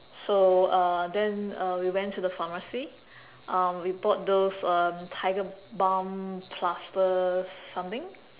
so uh then uh we went to the pharmacy um we bought those um tiger balm plaster something